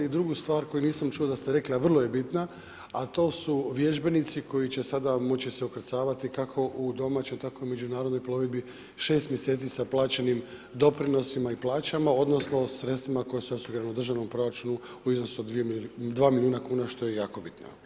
I drugu stvar, koju nisam čuo da ste rekli, a vrlo je bitna, a to su vježbenici koji će sada moći se ukrcavati, kako u domaćem, tako i u međunarodnoj plovidbi 6 mjeseci sa plaćenim doprinosima i plaćama odnosno sredstvima koja su osigurana u državnom proračunu u iznosu od 2 milijuna kuna što je jako bitno.